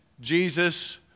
Jesus